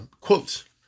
quotes